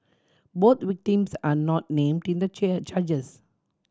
both victims are not named in the charges